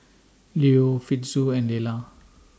Lew Fitzhugh and Lela